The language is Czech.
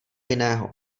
jiného